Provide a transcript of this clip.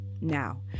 Now